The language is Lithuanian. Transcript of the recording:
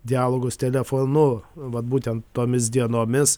dialogus telefonu vat būtent tomis dienomis